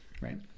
Right